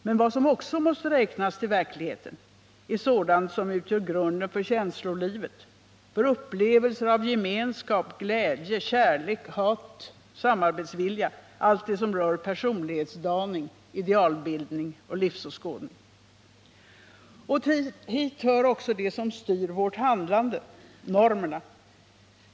Men vad som också måste räknas till verkligheten är sådant som utgör grunden för känslolivet, för upplevelser av gemenskap, glädje, kärlek, hat, samarbetsvilja — allt det som rör personlighetsdaning, idealbildning och livsåskådning. Hit hör också det som styr vårt handlande: normerna.